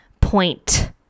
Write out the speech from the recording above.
point